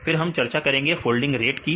फिर हम चर्चा करेंगे फोल्डिंग रेट की